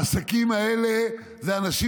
העסקים האלה זה אנשים,